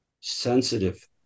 sensitive